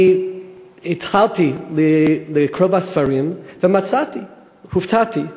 אני התחלתי לקרוא בספרים, ומצאתי, הופתעתי,